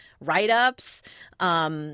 write-ups